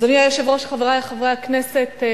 אדוני היושב-ראש, חברי חברי הכנסת,